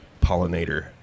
pollinator